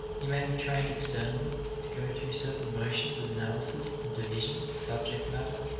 he may be trained externally to go through certain motions of analysis and division of subject matter